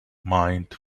mind